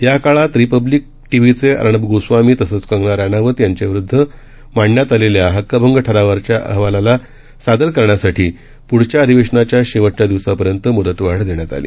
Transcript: याकाळातरिपब्लिकटीव्हीचेअर्णबगोस्वामीतसंचकंगनाराणावतयांच्याविरूदधमांडण्यातआलेल्याहक्कभंगठ रावावरच्याअहवालालासादरकरण्यासाठीपुढच्याअधिवेशनाच्याशेवटच्यादिवसापर्यंतमुदतवाढदेण्यातआली